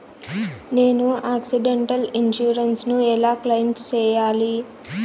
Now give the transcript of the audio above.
నేను accidental insurance ను ఎలా క్లెయిమ్ సేయాలి?